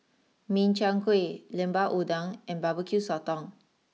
Min Chiang Kueh Lemper Udang and barbecue Sotong